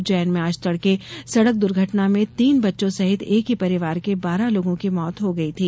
उज्जैन में आज तड़के सड़क दुर्घटना में तीन बच्चों सहित एक ही परिवार के बारह लोगों की मौत हो गई थी